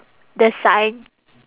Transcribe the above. the sign